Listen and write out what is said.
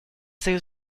союз